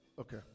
okay